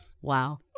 Wow